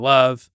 Love